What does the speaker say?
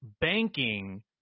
banking